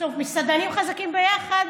"מסעדנים חזקים ביחד"